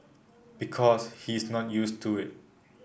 because he's not used to it